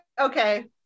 okay